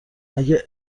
اگه